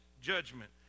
judgment